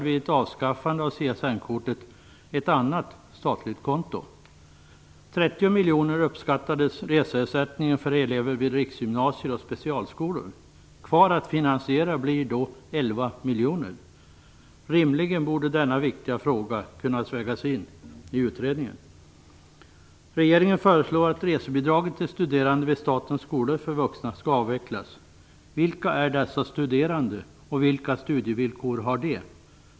Vid avskaffande av CSN-kortet belastar det ett annat statligt konto. Reseersättningen för elever vid riksgymnasier och specialskolor uppskattades till 30 miljoner. Kvar att finansiera blir då 11 miljoner. Rimligen borde denna viktiga fråga kunna vägas in i utredningen. Regeringen föreslår att resebidraget till studerande vid statens skolor för vuxna skall avvecklas. Vilka är dessa studerande och vilka studievillkor har de?